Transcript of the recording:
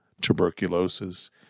tuberculosis